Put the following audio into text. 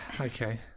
okay